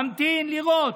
ממתין לראות.